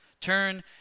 Turn